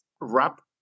wrap